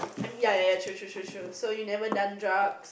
I'm yeah yeah yeah true true true true so you never done drugs